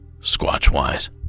squatch-wise